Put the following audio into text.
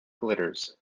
glitters